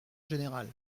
générale